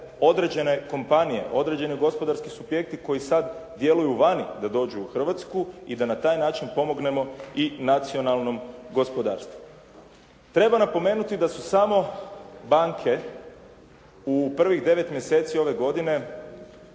određene kompanije, određeni gospodarski subjekti koji sad djeluju vani da dođu u Hrvatsku i da na taj način pomognemo i nacionalnom gospodarstvu. Treba napomenuti da su samo banke u prvih devet mjeseci ove godine